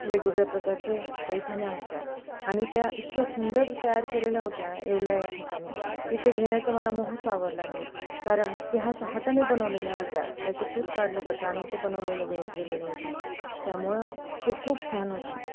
वेगवेगळ्या प्रकारचे पैठण्या होत्या आणि त्या इतक्या सुंदर तयार केलेल्या होत्या येवला या ठिकाणी की ते घेण्याचा मला मोहच आवरला नाही कारण ते हास हाताने बनवलेल्या होत्या त्याचं सूत काढलं जातं आणि ते बनवलेलं ग गेलेलं होतं त्यामुळं ते खूप छान होतं